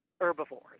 herbivores